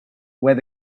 where